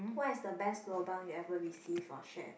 what is the best lobang you ever receive for share